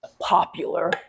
popular